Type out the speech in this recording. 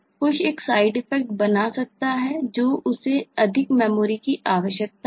Push एक side effect बना सकता है जो उसे अधिक मेमोरी की आवश्यकता है